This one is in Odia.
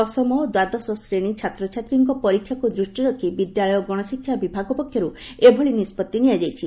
ଦଶମ ଓ ଦ୍ୱାଦଶ ଶ୍ରେଣୀ ଛାତ୍ରଛାତ୍ରୀଙ୍କ ପରୀକ୍ଷାକୁ ଦୂଷ୍ଟିରେ ରଖି ବିଦ୍ୟାଳୟ ଓ ଗଣଶିକ୍ଷା ବିଭାଗ ପକ୍ଷରୁ ଏଭଳି ନିଷ୍ବଭି ନିଆଯାଇଛି